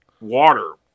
water